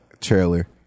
trailer